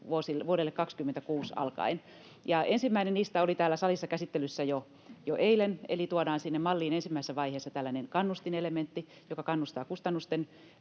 vuodesta 26 alkaen. Ensimmäinen niistä oli täällä salissa käsittelyssä jo eilen, eli tuodaan sinne malliin ensimmäisessä vaiheessa tällainen kannustinelementti, joka kannustaa myöskin kustannusten